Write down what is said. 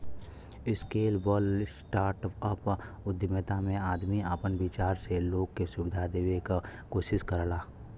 scalable startup उद्यमिता में आदमी आपन विचार से लोग के सुविधा देवे क कोशिश करला